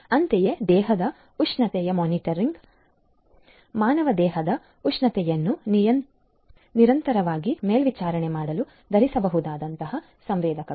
ಅಂತೆಯೇ ದೇಹದ ಉಷ್ಣತೆಯ ಮಾನಿಟರ್ಗಳು ಮಾನವ ದೇಹದ ಉಷ್ಣತೆಯನ್ನು ನಿರಂತರವಾಗಿ ಮೇಲ್ವಿಚಾರಣೆ ಮಾಡಲು ಧರಿಸಬಹುದಾದ ಸಂವೇದಕಗಳು